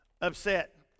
Upset